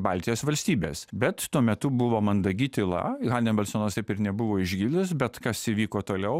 baltijos valstybės bet tuo metu buvo mandagi tyla hanibalsonas taip ir nebuvo išgirdęs bet kas įvyko toliau